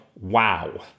wow